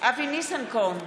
אבי ניסנקורן,